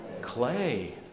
clay